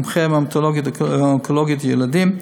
מומחה בהמטו-אונקולוגיה ילדים,